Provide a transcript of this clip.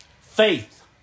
Faith